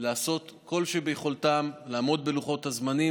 לעשות כל שביכולתם לעמוד בלוחות הזמנים,